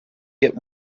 get